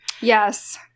yes